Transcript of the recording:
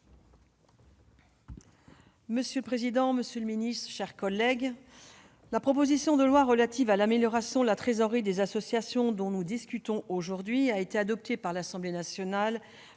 Monsieur le président, monsieur le secrétaire d'État, mes chers collègues, la proposition de loi visant à améliorer la trésorerie des associations, dont nous discutons aujourd'hui, a été adoptée par l'Assemblée nationale